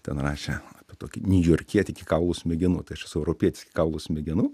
ten rašė tokį niujorkietį iki kaulų smegenų tai aš esu europietis iki kaulų smegenų